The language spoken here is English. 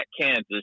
Kansas